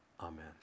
amen